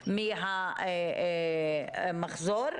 מהמחזור.